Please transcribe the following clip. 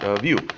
view